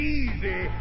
easy